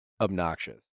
Obnoxious